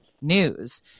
news